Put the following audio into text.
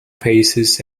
faces